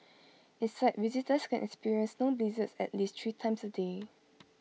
inside visitors can experience snow blizzards at least three times A day